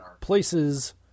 places